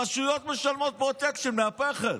רשויות משלמות פרוטקשן מהפחד.